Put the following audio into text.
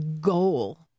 goal